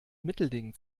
mittelding